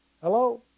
Hello